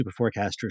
superforecasters